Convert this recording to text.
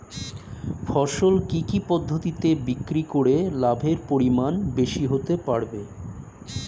ফসল কি কি পদ্ধতি বিক্রি করে লাভের পরিমাণ বেশি হতে পারবে?